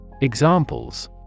Examples